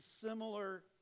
similar